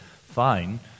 fine